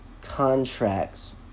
contracts